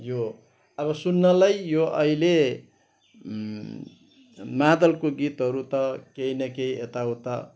यो अब सुन्नलाई यो अहिले मादलको गीतहरू त केही न केही यताउता